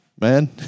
man